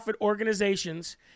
organizations